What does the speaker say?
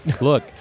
Look